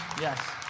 Yes